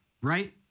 right